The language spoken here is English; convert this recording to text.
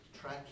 track